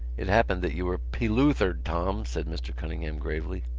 it happened that you were peloothered, tom, said mr. cunningham gravely.